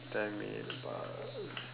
ten minutes passed